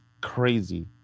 Crazy